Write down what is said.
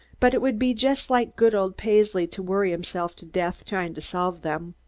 but it would be just like good old paisley to worry himself to death trying to solve them.